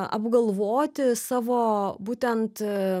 apgalvoti savo būtent